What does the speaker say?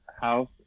house